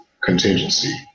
contingency